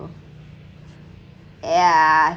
yeah